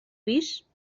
pis